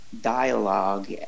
dialogue